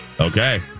Okay